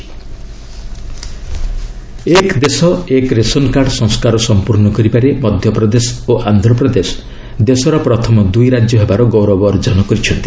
one nation one ration card ଏକ୍ ଦେଶ ଏକ୍ ରେସନ୍ କାର୍ଡ ସଂସ୍କାର ସମ୍ପର୍ଣ୍ଣ କରିବାରେ ମଧ୍ୟପ୍ରଦେଶ ଓ ଆନ୍ଧ୍ରପ୍ରଦେଶ ଦେଶର ପ୍ରଥମ ଦୁଇ ରାଜ୍ୟ ହେବାର ଗୌରବ ଅର୍ଜନ କରିଛନ୍ତି